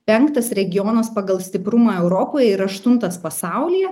penktas regionas pagal stiprumą europoje ir aštuntas pasaulyje